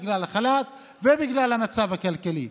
בגלל החל"ת ובגלל המצב הכלכלי.